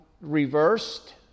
reversed